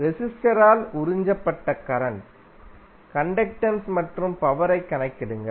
ரெசிஸ்டரால் உறிஞ்சப்பட்ட current conductance மற்றும் பவரைக் கணக்கிடுங்கள்